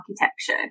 architecture